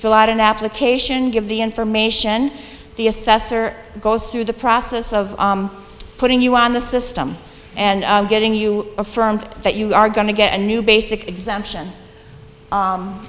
fill out an application give the information the assessor goes through the process of putting you on the system and getting you affirmed that you are going to get a new basic exemption